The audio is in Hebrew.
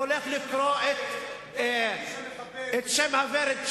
איך מרגיש המחבל, והולך לקרוא את "שם הוורד"